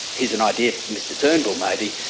here's an idea for mr turnbull maybe,